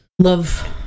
love